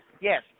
Yes